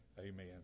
amen